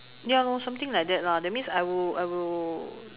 ya lor something like that lah that means I will I will